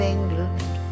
England